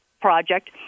project